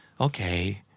Okay